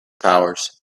powers